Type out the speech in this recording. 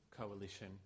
coalition